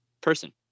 person